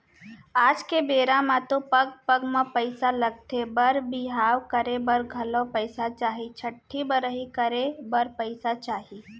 आज के बेरा म तो पग पग म पइसा लगथे बर बिहाव करे बर घलौ पइसा चाही, छठ्ठी बरही करे बर पइसा चाही